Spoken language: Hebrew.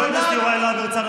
חבר הכנסת יוראי להב הרצנו,